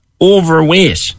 overweight